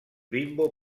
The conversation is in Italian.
bimbo